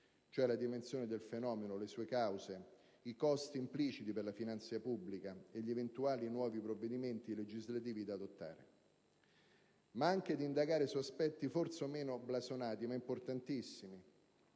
cioè la dimensione del fenomeno, le sue cause, i costi impliciti per la finanza pubblica e gli eventuali nuovi provvedimenti legislativi da adottare, ma anche quello di indagare su aspetti forse meno blasonati, ma importantissimi,